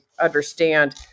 understand